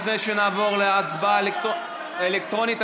לפני שנעבור להצבעה אלקטרונית,